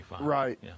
Right